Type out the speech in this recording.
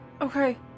Okay